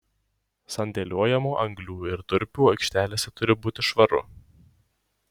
sandėliuojamų anglių ir durpių aikštelėse turi būti švaru